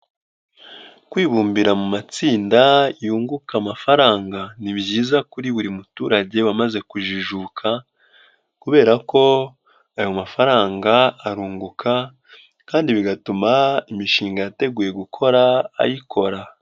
Kwibumbira mu matsinda yunguka amafaranga ni byiza kuri buri muturage wamaze kujijuka kubera ko ayo mafaranga arunguka kandi bigatuma imishinga yateguye gukora ayikora.